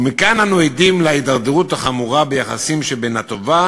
ומכאן אנו עדים להידרדרות החמורה ביחסים עם הטובה